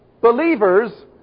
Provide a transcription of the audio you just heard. Believers